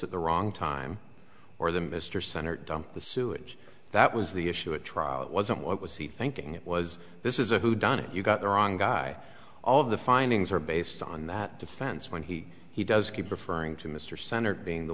at the wrong time or the mr center dumped the sewage that was the issue at trial it wasn't what was he thinking it was this is a whodunit you got the wrong guy all the findings are based on that defense when he he does keep referring to mr center